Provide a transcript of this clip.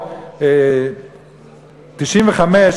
ב-1995,